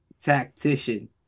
tactician